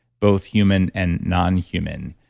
both human and nonhuman.